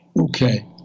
Okay